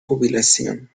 jubilación